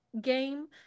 game